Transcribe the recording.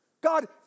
God